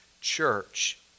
church